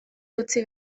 eutsi